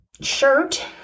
shirt